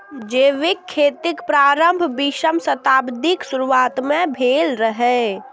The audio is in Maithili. जैविक खेतीक प्रारंभ बीसम शताब्दीक शुरुआत मे भेल रहै